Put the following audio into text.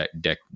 deck